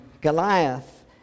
Goliath